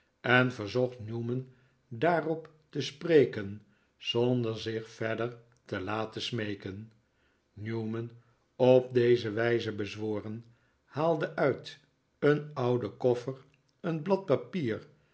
en verzocht newman daarop te spreken zonder zich verder te laten smeeken newman op deze wijze bezworen een brief van fanny squeers haalde uit een ouden koffer een blad papier